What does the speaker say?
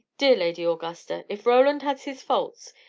dear lady augusta, if roland has his faults,